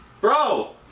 Bro